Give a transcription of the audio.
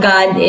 God